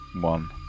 One